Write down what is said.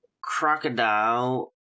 crocodile